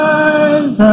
eyes